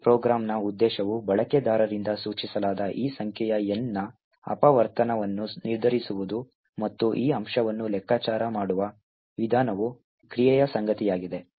ಈ ಪ್ರೋಗ್ರಾಂನ ಉದ್ದೇಶವು ಬಳಕೆದಾರರಿಂದ ಸೂಚಿಸಲಾದ ಈ ಸಂಖ್ಯೆಯ N ನ ಅಪವರ್ತನವನ್ನು ನಿರ್ಧರಿಸುವುದು ಮತ್ತು ಈ ಅಂಶವನ್ನು ಲೆಕ್ಕಾಚಾರ ಮಾಡುವ ವಿಧಾನವು ಕ್ರಿಯೆಯ ಸಂಗತಿಯಾಗಿದೆ